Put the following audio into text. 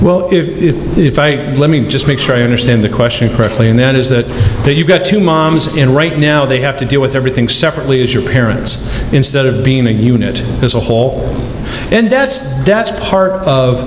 well if if if i let me just make sure i understand the question correctly and then is that the you've got two moms in right now they have to deal with everything separately as your parents instead of being a unit as a whole and that's debts part